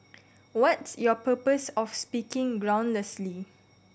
what's your purpose of speaking groundlessly